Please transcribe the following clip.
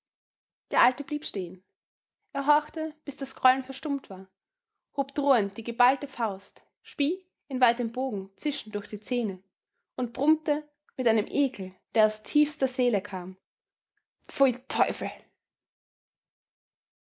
der alte blieb stehen er horchte bis das grollen verstummt war hob drohend die geballte faust spie in weitem bogen zischend durch die zähne und brummte mit einem ekel der aus tiefster seele kam pfui teufel